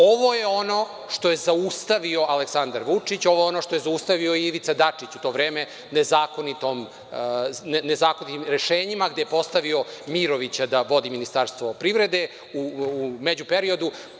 Ovo je ono što je zaustavio Aleksandar Vučić, ovo je ono što je zaustavio i Ivica Dačić u to vreme nezakonitim rešenjima gde je postavio Mirovića da vodi Ministarstvo privrede u među periodu.